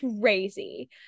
crazy